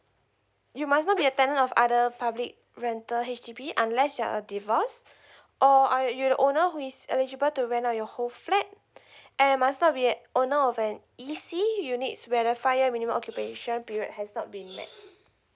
you must not be a tenant of other public rental H_D_B unless you are uh divorce or uh you the owner who is eligible to rent out your whole flat and must not be a owner of an E_C units where the five year minimum occupation period has not been met